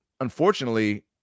unfortunately